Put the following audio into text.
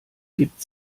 gibt